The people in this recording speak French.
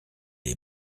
est